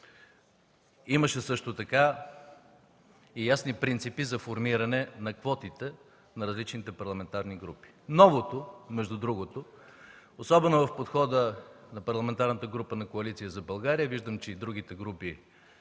Имаше също така и ясни принципи за формиране на квотите на различните парламентарни групи. Новото между другото, особено в подхода на Парламентарната група на Коалиция за България, виждам, че и другите групи